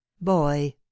Boy